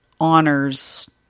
honors